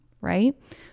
right